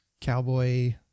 cowboy